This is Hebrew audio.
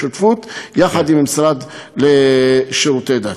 בשותפות עם המשרד לשירותי דת.